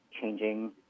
changing